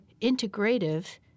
integrative